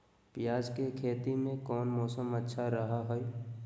प्याज के खेती में कौन मौसम अच्छा रहा हय?